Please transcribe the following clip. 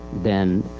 then,